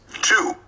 two